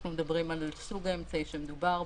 אנחנו מדברים על סוג האמצעי שמדובר בו.